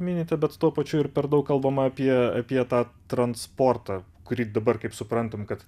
minite bet tuo pačiu ir per daug kalbama apie apie tą transportą kurį dabar kaip suprantam kad